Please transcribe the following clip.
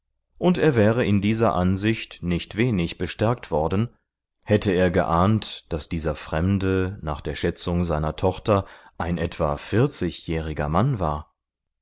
und er wäre in dieser ansicht nicht wenig bestärkt worden hätte er geahnt daß dieser fremde nach der schätzung seiner tochter ein etwa vierzigjähriger mann war